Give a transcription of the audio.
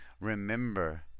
remember